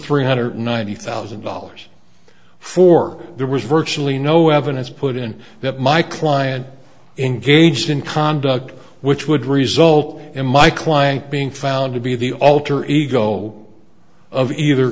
three hundred ninety thousand dollars for there was virtually no evidence put in that my client engaged in conduct which would result in my client being found to be the alter ego of either